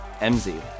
MZ